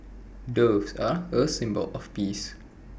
doves are A symbol of peace